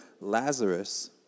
Lazarus